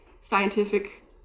scientific